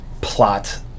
plot